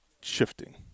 shifting